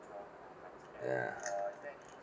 ya